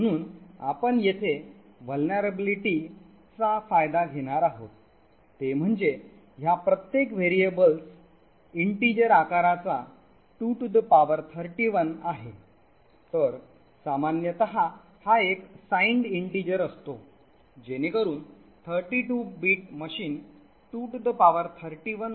म्हणून आपण येथे असुरक्षिततेचा फायदा घेणार आहोत ते म्हणजे ह्या प्रत्येक व्हेरिएबल्स इन्टचा आकार 231 आहे तर सामान्यत हा एक signed integer असतो जेणेकरून 32 bit मशीन 231 1 आहे